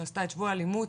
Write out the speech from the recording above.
שעשתה את שבוע האלימות,